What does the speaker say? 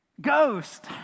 Ghost